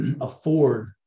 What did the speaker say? afford